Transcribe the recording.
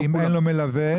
אם אין לו מלווה,